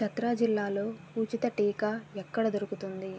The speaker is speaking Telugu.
ఛత్రా జిల్లాలో ఉచిత టీకా ఎక్కడ దొరుకుతుంది